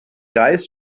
greis